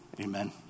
Amen